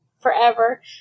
forever